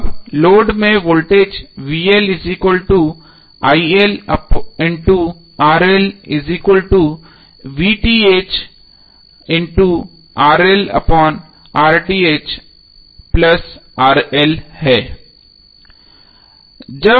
अब लोड में वोल्टेज है